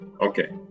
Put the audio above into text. okay